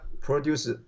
produce